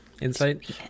Insight